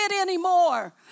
anymore